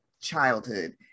childhood